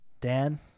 Dan